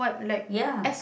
ya